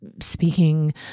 speaking